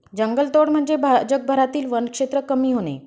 जंगलतोड म्हणजे जगभरातील वनक्षेत्र कमी होणे